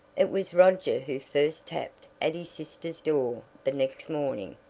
it was roger who first tapped at his sister's door the next morning.